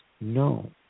No